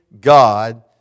God